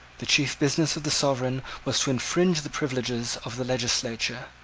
the chief business of the sovereign was to infringe the privileges of the legislature.